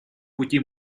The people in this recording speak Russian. пути